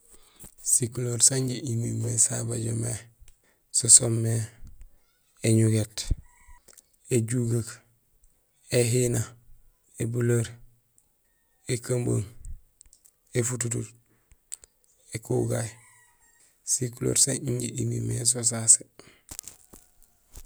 Sikuleer sanjé imimé sabajo mé so soomé éñugét, éjugeek, éhina, ébuleer, ékumbung, éfututuut, ékugay; sikuleer san injé imimé so sasé.